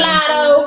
Lotto